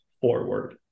forward